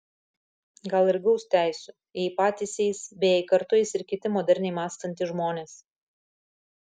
gal ir gaus teisių jei patys eis bei jei kartu eis ir kiti moderniai mąstantys žmonės